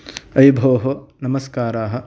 अयि भोः नमस्काराः